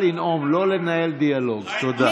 אני מספרת לכם על טרור יהודי, אז תקשיבו.